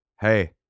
hey